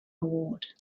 award